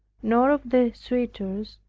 nor of the suitors,